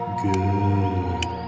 good